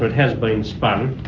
but has been spun,